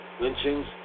lynchings